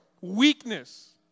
Weakness